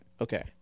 Okay